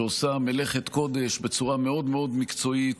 שעושה מלאכת קודש בצורה מאוד מאוד מקצועית,